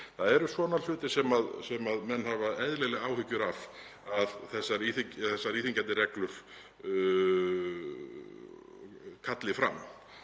það eru svona hlutir sem menn hafa eðlilega áhyggjur af að þessar íþyngjandi reglur kalli fram.